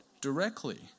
directly